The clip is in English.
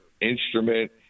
instrument